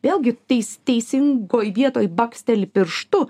vėlgi tais teisingoj vietoj baksteli pirštu